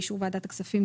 באישור ועדת הכספים,